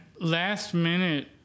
last-minute